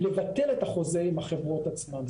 לבטל את החוזה עם החברות עצמן.